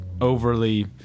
overly